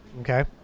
Okay